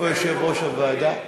איפה יושב-ראש הוועדה?